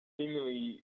seemingly